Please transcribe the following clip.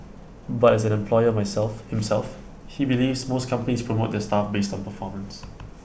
but as an employer myself himself he believes most companies promote their staff based on performance